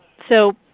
so